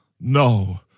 No